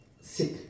sick